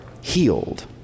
healed